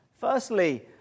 Firstly